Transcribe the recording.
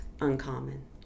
uncommon